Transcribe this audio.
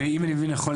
אם אני מבין נכון,